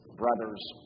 brother's